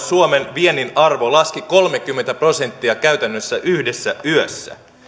suomen viennin arvo laski kolmekymmentä prosenttia käytännössä yhdessä yössä